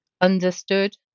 Understood